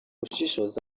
ushishoza